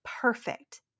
perfect